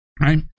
Right